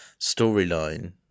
storyline